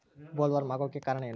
Bollworm ಆಗೋಕೆ ಕಾರಣ ಏನು?